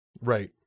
Right